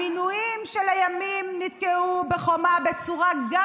המינויים של הימין נתקלו בחומה בצורה גם